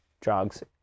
drugs